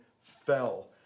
fell